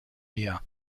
mehr